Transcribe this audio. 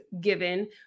given